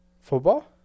Football